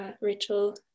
rachel